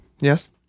Yes